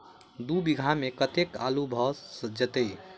दु बीघा मे कतेक आलु भऽ जेतय?